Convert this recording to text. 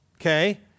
Okay